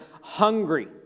hungry